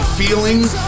feelings